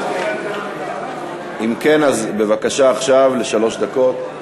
אם כן, בבקשה עכשיו, בשלוש דקות.